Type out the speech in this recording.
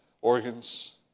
organs